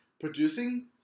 producing